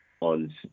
on